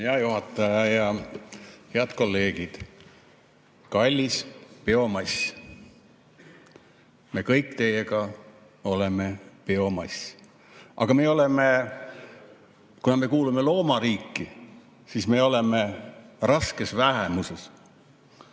Hea juhataja ja head kolleegid! Kallis biomass! Me kõik teiega oleme biomass, aga kuna me kuulume loomariiki, siis me oleme raskes vähemuses.